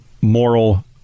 moral